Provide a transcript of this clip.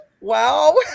wow